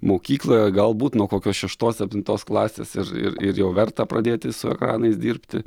mokykloje galbūt nuo kokios šeštos septintos klasės ir ir jau verta pradėti su ekranais dirbti